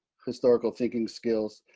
historical thinking skills